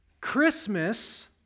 Christmas